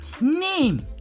Name